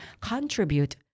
contribute